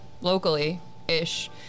locally-ish